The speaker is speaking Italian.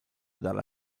dalla